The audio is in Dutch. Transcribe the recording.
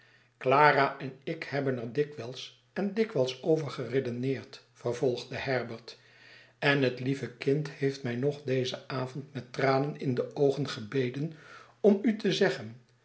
clara en ik hebben er dikwyls en dikwijls over geredeneerd vervolgde herbert enhetlieve kind heeft mij nog dezen avond met tranen in de oogen gebeden om u te zeggen